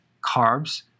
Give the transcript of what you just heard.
carbs